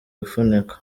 gifuniko